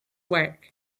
work